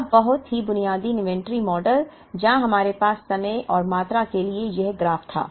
अब बहुत ही बुनियादी इन्वेंट्री मॉडल जहां हमारे पास समय और मात्रा के लिए यह ग्राफ था